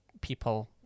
people